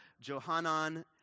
Johanan